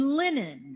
linen